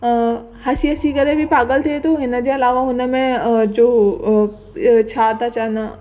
त हसी हसी करे बि पागल थिए थो हिन जे अलावा हुन में जो छा था चवनि